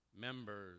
members